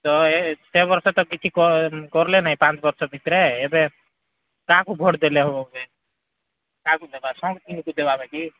ହଉ ସେ ବର୍ଷ ତ କିଛି କରିଲେ ନାଇ ପାଞ୍ଚ ବର୍ଷର ଭିତରେ ଏବେ କାହାକୁ ଭୋଟ୍ ଦେଲେ ହେବ ଫେର୍ କାହାକୁ ଦେବା ଶଙ୍ଖ ଚିହ୍ନକୁ ଦେବାନି କି